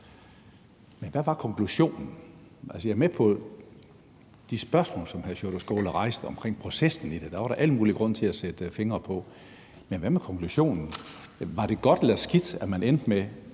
Men hvad var konklusionen? Jeg er med på de spørgsmål, som hr. Sjúrður Skaale rejste omkring processen. Den er der al mulig grund til at sætte fingeren på. Men hvad er konklusionen? Var det godt eller skidt, at man endte med